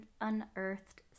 unearthed